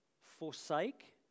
forsake